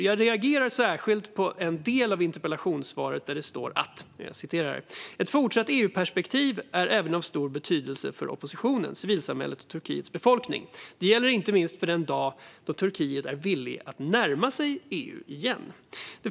Jag reagerar särskilt på en del av interpellationssvaret där följande sas: "Ett fortsatt EU-perspektiv är även av stor betydelse för oppositionen, civilsamhället och Turkiets befolkning. Det gäller inte minst för den dag Turkiet är villigt att närma sig EU igen."